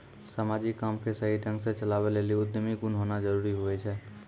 समाजिक काम के सही ढंग से चलावै लेली उद्यमी गुण होना जरूरी हुवै छै